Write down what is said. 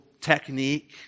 technique